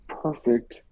perfect